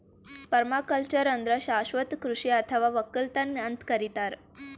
permaculture ಅಂದ್ರ ಶಾಶ್ವತ್ ಕೃಷಿ ಅಥವಾ ವಕ್ಕಲತನ್ ಅಂತ್ ಕರಿತಾರ್